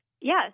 Yes